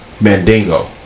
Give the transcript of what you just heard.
Mandingo